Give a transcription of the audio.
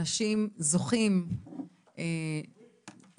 אנשים זוכים לשפר,